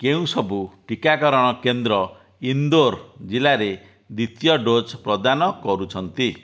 କେଉଁ ସବୁ ଟିକାକରଣ କେନ୍ଦ୍ର ଇନ୍ଦୋର ଜିଲ୍ଲାରେ ଦ୍ୱିତୀୟ ଡୋଜ୍ ପ୍ରଦାନ କରୁଛନ୍ତି